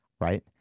right